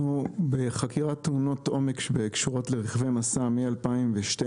בחקירת תאונות עומק הקשורות לרכבי משא מ-2012